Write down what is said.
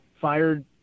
fired